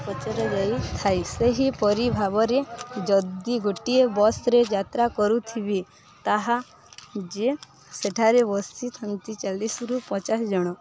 ପଚର ଯାଇ ସେହିପରି ଭାବରେ ଯଦି ଗୋଟିଏ ବସ୍ରେ ଯାତ୍ରା କରୁଥିବେ ତାହା ଯେ ସେଠାରେ ବସିଥାନ୍ତି ଚାଳିଶି ରୁ ପଚାଶ ଜଣ